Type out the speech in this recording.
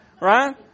Right